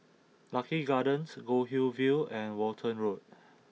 Lucky Gardens Goldhill View and Walton Road